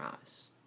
eyes